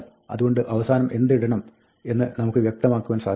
അതുകൊണ്ട് അവസാനം എന്ത് ഇടണം എന്ന് നമുക്ക് വ്യക്തമാക്കുവാൻ സാധിക്കും